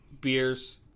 beers